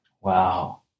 Wow